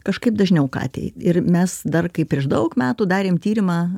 kažkaip dažniau katei ir mes dar kai prieš daug metų darėm tyrimą